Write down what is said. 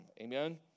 Amen